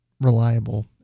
reliable